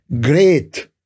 great